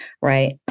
right